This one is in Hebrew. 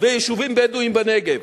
ויישובים בדואיים בנגב.